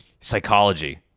psychology